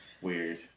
weird